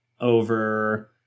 over